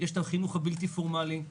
יש חינוך בלתי פורמלי,